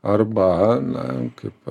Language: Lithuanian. arba na kaip